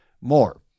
more